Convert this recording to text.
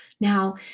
Now